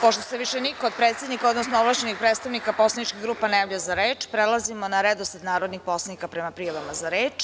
Pošto se više niko od predsednika, odnosno ovlašćenih predstavnika poslaničkih grupa ne javlja za reč, prelazimo na redosled narodnih poslanika prema prijavama za reč.